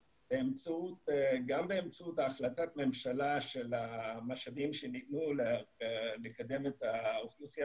גם באמצעות החלטת ממשלה על המשאבים שניתנו לקדם את האוכלוסייה